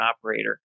operator